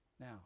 now